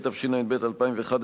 התשע"ב 2011,